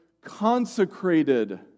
consecrated